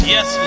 Yes